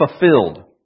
fulfilled